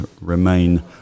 Remain